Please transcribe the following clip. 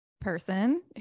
person